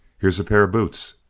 here's a pair of boots.